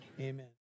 amen